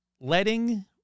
letting